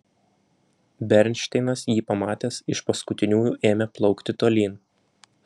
bernšteinas jį pamatęs iš paskutiniųjų ėmė plaukti tolyn